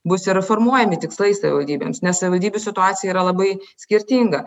bus ir formuojami tikslai savivaldybėms nes savivaldybių situacija yra labai skirtinga